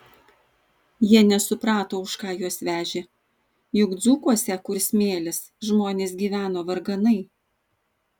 jie nesuprato už ką juos vežė juk dzūkuose kur smėlis žmonės gyveno varganai